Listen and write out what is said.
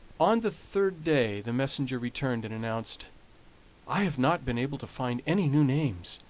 on the third day the messenger returned and announced i have not been able to find any new names,